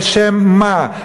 לשם מה?